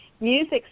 music